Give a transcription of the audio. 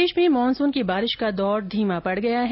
प्रदेश में मानसूनी बारिश का दौर धीमा पड़ गया है